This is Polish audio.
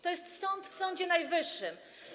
To jest sąd w Sądzie Najwyższym.